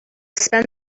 spend